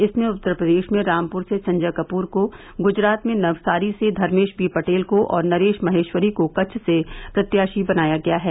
इसमें उत्तर प्रदेश में रामपुर से संजय कपूर को गुजरात में नवसारी से धर्मेश बीपटेल को और नरेश माहेश्वरी को कच्छ से प्रत्याशी बनाया गया है